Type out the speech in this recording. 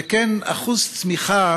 וכן אחוז צמיחה